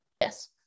yes